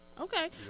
Okay